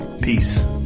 peace